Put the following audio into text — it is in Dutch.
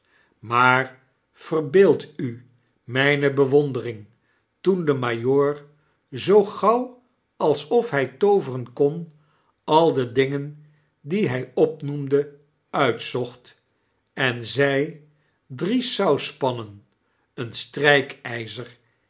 maar verbeeld u mijne bewondering toen de majoor zoo gauw alsof hij tooveren ion al de dingen die hij opnoemde uitzocht en zei m drie sauspannen een